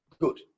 Good